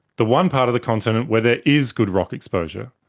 the one part of the continent where there is good rock exposure,